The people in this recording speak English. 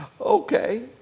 Okay